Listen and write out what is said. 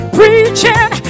preaching